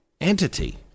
entity